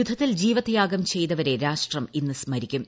യുദ്ധത്തിൽ ജീവത്യാഗം പ്പിയ്തവരെ രാഷ്ട്രം ഇന്ന് സ്മരിക്കുന്നു